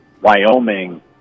wyoming